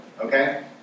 Okay